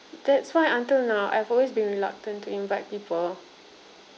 that's why until now I've always been reluctant to invite people